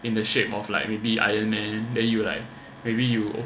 in the shape of like maybe iron man then you like maybe you